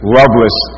loveless